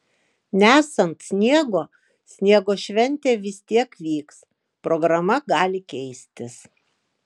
nesant sniego sniego šventė vis tiek vyks programa gali keistis